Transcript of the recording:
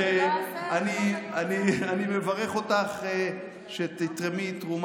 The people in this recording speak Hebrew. אני מברך אותך שתתרמי תרומה לעבודת